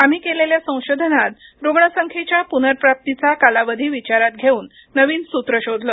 आम्ही केलेल्या संशोधनात रुग्ण संख्येच्या पुनर्प्राप्तीचा कालावधी विचारात घेऊन नवीन सूत्र शोधले